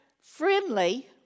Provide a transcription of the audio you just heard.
friendly